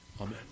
Amen